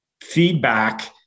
feedback